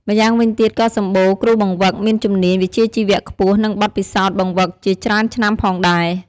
ម្យ៉ាងវិញទៀតក៏សម្បូរ គ្រូបង្វឹកមានជំនាញវិជ្ជាជីវៈខ្ពស់ និងបទពិសោធន៍បង្វឹកជាច្រើនឆ្នាំផងដែរ។